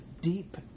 deep